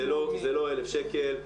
זה לא 1,000 שקל.